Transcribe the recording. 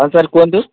ହଁ ସାର୍ କୁହନ୍ତୁ